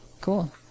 Cool